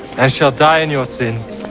and shall die in your sins